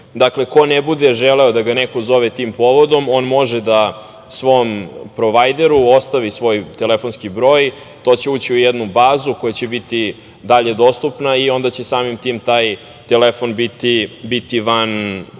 ko ne bude želeo da ga neko zove tim povodom, on može da svom provajderu ostavi svoj telefonski broj. To će ući u jednu bazu koja će biti dalje dostupna i onda će samim tim taj telefon biti van